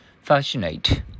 Fascinate